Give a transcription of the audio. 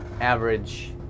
average